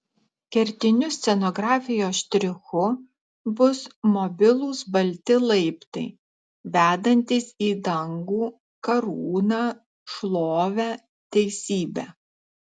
kertiniu scenografijos štrichu bus mobilūs balti laiptai vedantys į dangų karūną šlovę teisybę